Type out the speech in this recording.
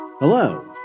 Hello